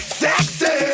sexy